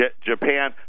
Japan